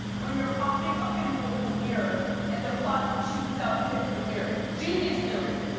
when you're popping a pimple in the mirror and the pus shoots out and hits the mirror. genius lyric. yeah.